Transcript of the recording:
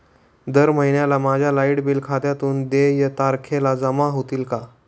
दर महिन्याला माझ्या लाइट बिल खात्यातून देय तारखेला जमा होतील का?